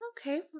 Okay